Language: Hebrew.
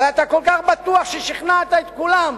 הרי אתה כל כך בטוח ששכנעת את כולם,